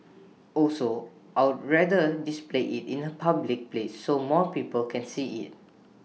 also I'd rather display IT in A public place so more people can see IT